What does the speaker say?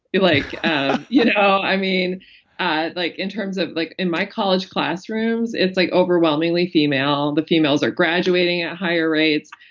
like you know i mean ah like in terms of, like in my college classrooms, it's like overwhelmingly female. the females are graduating at higher rates.